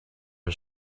his